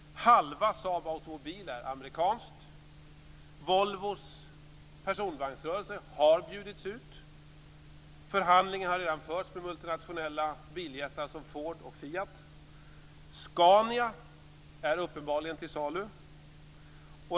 Halva Saab Automobil är amerikanskt. Volvos personvagnsrörelse har bjudits ut. Förhandlingar har redan förts med multinationella biljättar som Ford och Fiat. Scania är uppenbarligen till salu.